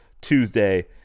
Tuesday